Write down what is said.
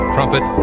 Trumpet